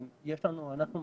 אנחנו,